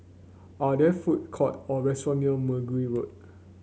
are there food court or restaurant near Mergui Road